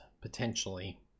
potentially